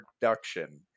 production